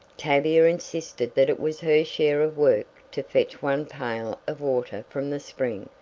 tavia insisted that it was her share of work to fetch one pail of water from the spring,